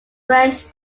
french